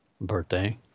birthday